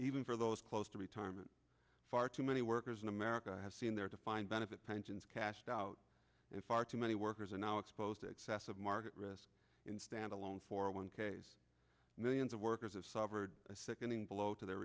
even for those close to retirement far too many workers in america have seen their defined benefit pensions cashed out and far too many workers are now exposed to excessive market risk in stand alone for one k s millions of workers have suffered a sickening blow to their